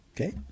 Okay